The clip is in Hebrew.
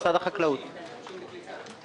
קליטת